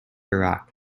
iraq